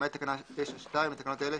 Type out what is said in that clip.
למעט תקנה 9(2) לתקנות אלה,